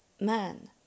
man